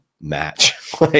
match